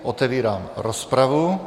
Otevírám rozpravu.